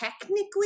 technically